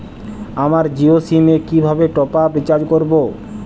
আমার জিও সিম এ কিভাবে টপ আপ রিচার্জ করবো?